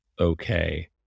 okay